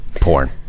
porn